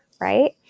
right